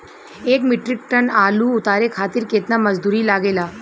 एक metric ton आलू उतारे खातिर केतना मजदूरी लागेला?